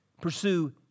Pursue